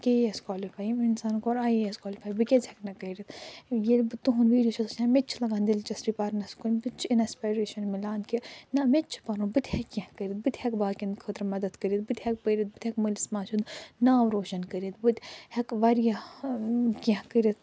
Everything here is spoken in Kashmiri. کے اےٚ ایس کالِفے یٔمۍ اِنسانن کوٚر آئی اےٚ ایس کالِفے بہٕ کیٚازِ ہٮ۪کہٕ نہٕ کٔرِتھ ییٚلہِ بہٕ تُہُنٛد ویڈیو چھَس وُچھان مےٚ تہِ چھُ لگان دِلچسپی پرنس کُن مےٚ تہِ چھِ اِنٮ۪سپایریشن میلان کہِ نہَ مےٚ تہِ چھُ پرُن بہٕ تہِ ہٮ۪کہِ کیٚنٛہہ کٔرِتھ بہٕ تہِ ہٮ۪کہٕ باقٮ۪ن خٲطرٕ مدتھ کٔرِتھ بہٕ تہِ ہٮ۪کہٕ پٔرِتھ بہٕ تہِ ہٮ۪کہٕ مٲلِس ماجہِ ہُنٛد ناو روشن کٔرِتھ بہٕ تہِ ہٮ۪کہِ واریاہ کیٚنٛہہ کٔرِتھ